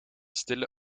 stille